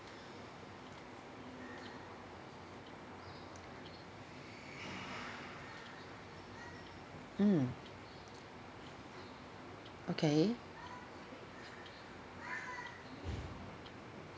mm okay